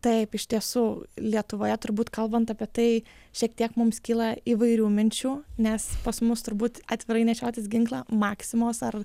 taip iš tiesų lietuvoje turbūt kalbant apie tai šiek tiek mums kyla įvairių minčių nes pas mus turbūt atvirai nešiotis ginklą maksimos ar